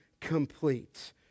complete